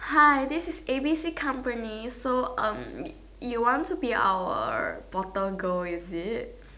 hi this is A B C company so um you want to be our bottle girl is it